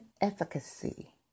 efficacy